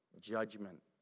judgment